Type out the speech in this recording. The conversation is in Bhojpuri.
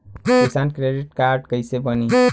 किसान क्रेडिट कार्ड कइसे बानी?